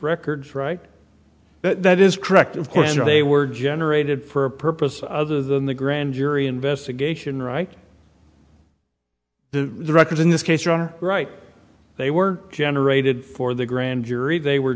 records right but that is correct of course or they were generated for a purpose other than the grand jury investigation right the records in this case you're right they were generated for the grand jury they were